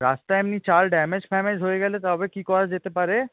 রাস্তায় এমনি চাল ড্যামেজ ফ্যামেজ হয়ে গেলে তবে কী করা যেতে পারে